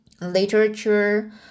literature